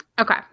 okay